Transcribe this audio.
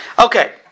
Okay